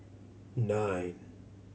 nine